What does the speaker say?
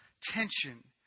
tension